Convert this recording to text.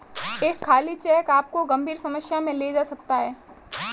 एक खाली चेक आपको गंभीर समस्या में ले जा सकता है